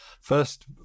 first